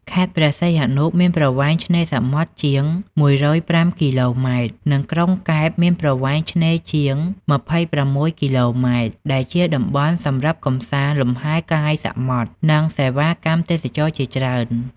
ខេត្តព្រះសីហនុមានប្រវែងឆ្នេរសមុទ្រជាង ១០៥ គីឡូម៉ែត្រ និងក្រុងកែបមានប្រវែងឆ្នេរជាង ២៦ គីឡូម៉ែត្រ ដែលជាតំបន់សម្រាប់កម្សាន្តលំហែកាយសមុទ្រ និង សេវាកម្មទេសចរណ៍ជាច្រើន។